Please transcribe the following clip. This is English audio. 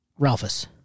Ralphus